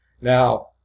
Now